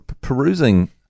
perusing